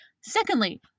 Secondly